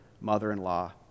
mother-in-law